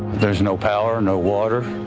there's no power, no water,